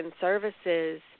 services